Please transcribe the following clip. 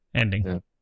ending